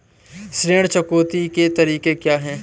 ऋण चुकौती के तरीके क्या हैं?